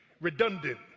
redundant